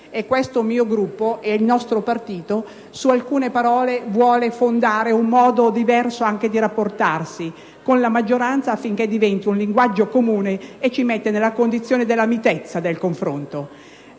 e di regole. Il nostro partito su alcune parole vuole fondare un modo diverso di rapportarsi anche con la maggioranza, affinché si realizzi un linguaggio comune che ci metta nella condizione della mitezza del confronto.